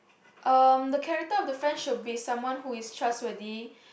um the character of the friend should be someone who is trustworthy